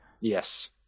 Yes